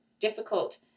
difficult